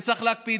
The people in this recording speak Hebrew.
וצריך להקפיד,